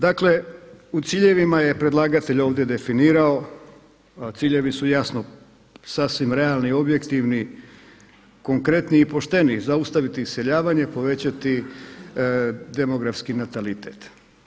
Dakle, u ciljevima je predlagatelj ovdje definirao, a ciljevi su jasno sasvim realni, objektivni, konkretni i pošteni zaustaviti iseljavanje, povećati demografski natalitet.